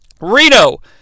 Rito